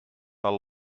tal